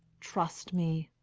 trust me,